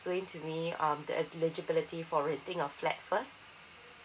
explain to me um the eligibility for renting a flat first